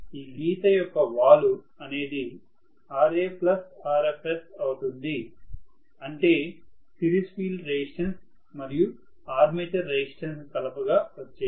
ఈ గీత యొక్క వాలు అనేది Ra Rfs అవుతుంది అంటే సిరీస్ ఫీల్డ్ రెసిస్టెన్స్ మరియు ఆర్మేచర్ రెసిస్టెన్స్ కలపగా వచ్చేది